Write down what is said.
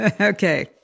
Okay